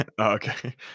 okay